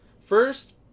First